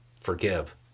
forgive